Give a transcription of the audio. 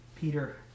Peter